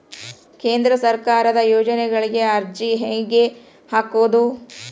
ಕೇಂದ್ರ ಸರ್ಕಾರದ ಯೋಜನೆಗಳಿಗೆ ಅರ್ಜಿ ಹೆಂಗೆ ಹಾಕೋದು?